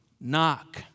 knock